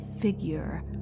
figure